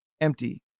empty